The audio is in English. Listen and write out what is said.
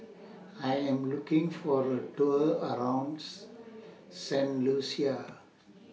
I Am looking For A Tour around Saint Lucia